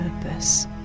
purpose